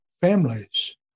families